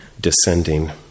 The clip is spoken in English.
descending